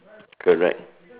correct